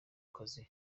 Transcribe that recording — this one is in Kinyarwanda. kazi